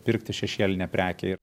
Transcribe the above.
pirkti šešėlinę prekę ir